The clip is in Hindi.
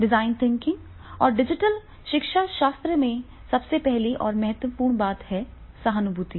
डिजाइन थिंकिंग और डिजिटल शिक्षाशास्त्र में सबसे पहली और महत्वपूर्ण बात है सहानुभूति